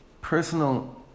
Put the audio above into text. personal